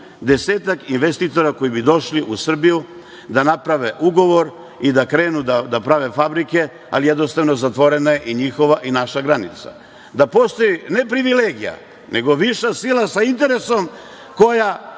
desetak investitora koji bi došli u Srbiju da naprave ugovor i da krenu da prave fabrike, ali, jednostavno, zatvorena je i njihova i naša granica. Treba da postoji ne privilegija, nego viša sila sa interesom koja